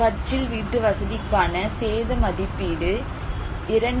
கட்சில் வீட்டுவசதிக்கான சேத மதிப்பீடு 2